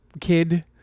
kid